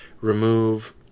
remove